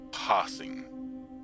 passing